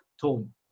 tone